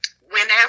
whenever